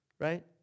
right